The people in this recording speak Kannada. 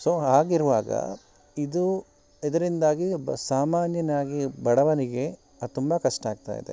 ಸೊ ಹಾಗಿರುವಾಗ ಇದು ಇದರಿಂದಾಗಿ ಒಬ್ಬ ಸಾಮಾನ್ಯನಾಗಿ ಬಡವನಿಗೆ ಅದು ತುಂಬ ಕಷ್ಟ ಆಗ್ತಾಯಿದೆ